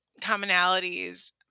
commonalities